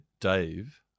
Dave